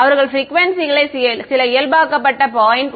அவர்கள் ப்ரிக்குவேன்சிகளை சில இயல்பாக்கப்பட்ட 0